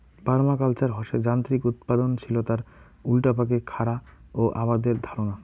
permaculture হসে যান্ত্রিক উৎপাদনশীলতার উল্টাপাকে খারা ও আবাদের ধারণা